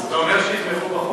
אז אתה אומר שתתמכו בחוק?